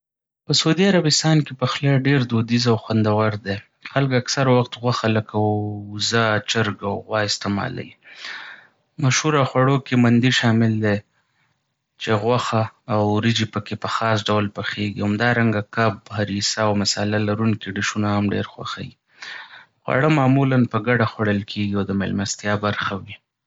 په سعودي عربستان کې پخلی ډېر دودیز او خوندور دی. خلک اکثره وخت غوښه لکه وزه، چرګ او غوا استعمالوي. مشهوره خوړو کې مندي شامل دی چې غوښه او وریژې پکې په خاص ډول پخیږي. همدارنګه کب، هریسه او مصالحه لرونکي ډشونه هم ډېر خوښوي. خواړه معمولا په ګډه خوړل کېږي او د مېلمستیا برخه وي.